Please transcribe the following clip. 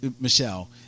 Michelle